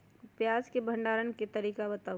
प्याज के भंडारण के तरीका बताऊ?